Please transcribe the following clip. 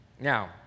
Now